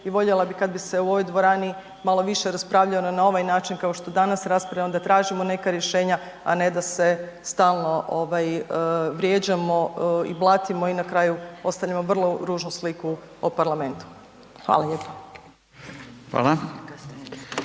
i voljela bi kad bi se u ovoj dvorani malo više raspravljalo na ovaj način kao što danas raspravljamo da tražimo neka rješenja, a ne da se stalno ovaj vrijeđamo i blatimo i na kraju ostavljamo vrlo ružnu sliku o parlamentu. Hvala lijepa.